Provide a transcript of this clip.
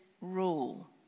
rule